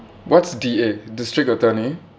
what's D_A district attorney